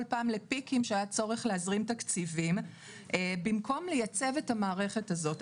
פעם לפיקים שהיה צורך להזרים תקציבים במקום לייצב את המערכת הזאת.